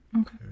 Okay